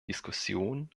diskussionen